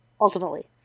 ultimately